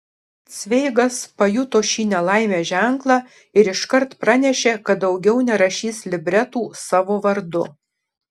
cveigas pajuto šį nelaimės ženklą ir iškart pranešė kad daugiau nerašys libretų savo vardu